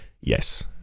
yes